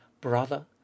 brother